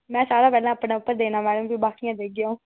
मे सारें कोला पैह्लें अपने पर देना भी बाकियें उप्पर देगी अँ'ऊ